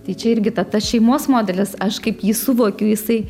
tai čia irgi ta tas šeimos modelis aš kaip jį suvokiu jisai